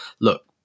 look